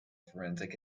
forensic